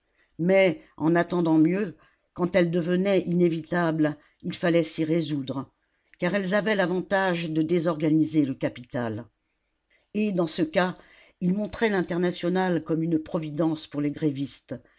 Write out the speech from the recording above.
mais en attendant mieux quand elles devenaient inévitables il fallait s'y résoudre car elles avaient l'avantage de désorganiser le capital et dans ce cas il montrait l'internationale comme une providence pour les grévistes